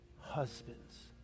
husbands